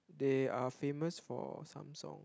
they are famous for Samsung